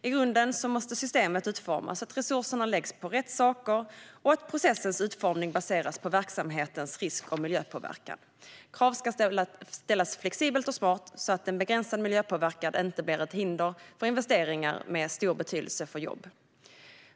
I grunden måste systemet utformas så att resurserna läggs på rätt saker och processens omfattning baseras på verksamhetens risk och miljöpåverkan. Krav ska ställas flexibelt och smart så att begränsad miljöpåverkan inte blir ett hinder för investeringar med stor betydelse för jobb.